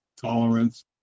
Tolerance